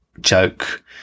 joke